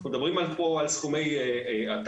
אנחנו מדברים פה על סכומי עתק.